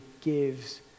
gives